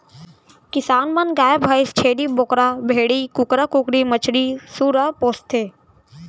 किसान मन गाय भईंस, छेरी बोकरा, भेड़ी, कुकरा कुकरी, मछरी, सूरा पोसथें